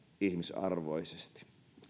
ihmisarvoisesti